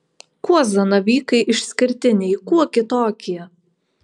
kuo zanavykai išskirtiniai kuo kitokie